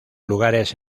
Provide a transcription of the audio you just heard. lugares